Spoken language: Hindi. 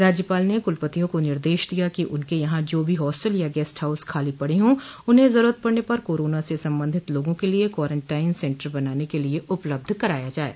राज्यपाल ने कुलपतियों को निर्देश दिया कि उनके यहाँ जो भी हॉस्टल या गेस्ट हाउस खाली पड़े हों उन्हे जरूरत पड़ने पर कोरोना से सम्बन्धित लोगों के लिए कॉरेन्टाइन सेन्टर बनाने के लिए उपलब्ध कराया जाये